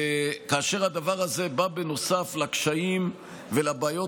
וכאשר הדבר הזה בא בנוסף לקשיים ולבעיות